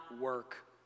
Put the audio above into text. work